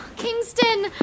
Kingston